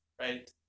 right